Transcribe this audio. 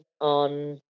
on